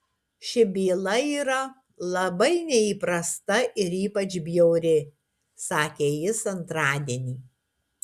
ši byla yra labai neįprasta ir ypač bjauri sakė jis antradienį